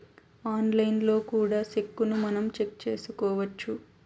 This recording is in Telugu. ఆన్లైన్లో కూడా సెక్కును మనం చెక్ చేసుకోవచ్చు